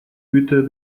güter